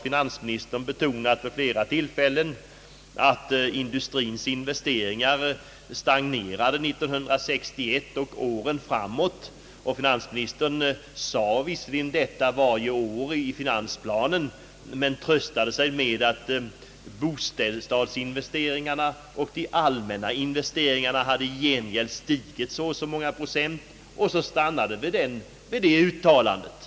Finansministern har betonat vid flera tillfällen att industrins investeringar stagnerade 1961 och åren framåt. Det har finansministern sagt varje år i finansplanen, men han har tröstat sig med att bostadsinvesteringarna och de allmänna investeringarna i gengäld stigit så och så många procent, och därför har han stannat vid att göra uttalanden.